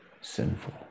sinful